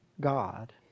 God